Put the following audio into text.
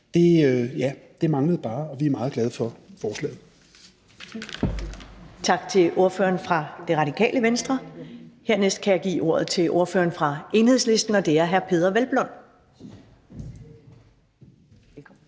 Det manglede bare, og vi er meget glade for forslaget.